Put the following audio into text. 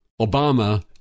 Obama